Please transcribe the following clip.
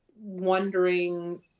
wondering